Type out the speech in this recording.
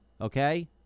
okay